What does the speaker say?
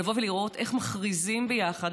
לבוא ולראות איך מכריזים ביחד,